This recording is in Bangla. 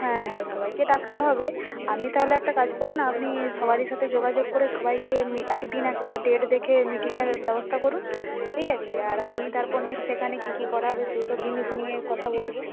হ্যাঁ হ্যাঁ সবাইকে ডাকতে হবে আপনি তাহলে একটা কাজ করুন আপনি সবারই সাথে যোগাযোগ করে সবাইকে এক দিন একটা ডেট দেখে মিটিংয়ের ব্যবস্থা করুন ঠিক আছে আর আমি তারপর নাহয় সেইখানে কী কী করা হবে সেই সব জিনিস নিয়ে কথা বলব